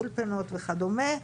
אולפנות וכדומה,